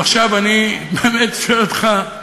עכשיו אני באמת שואל אותך: